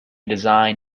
design